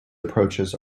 approaches